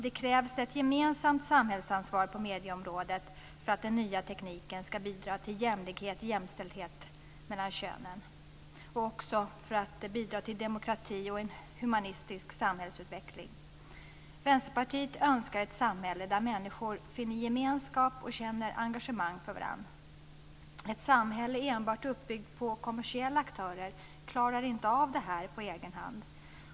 Det krävs ett gemensamt samhällsansvar på medieområdet för att den nya tekniken ska bidra till jämlikhet och jämställdhet mellan könen och också för att bidra till demokrati och en humanistisk samhällsutveckling. Vänsterpartiet önskar ett samhälle där människor finner gemenskap och känner engagemang för varandra. Ett samhälle enbart uppbyggt av kommersiella aktörer klarar inte av det här på egen hand.